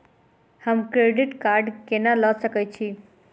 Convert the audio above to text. हम credit card कोना लऽ सकै छी?